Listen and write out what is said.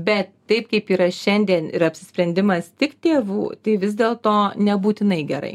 bet taip kaip yra šiandien ir apsisprendimas tik tėvų tai vis dėlto nebūtinai gerai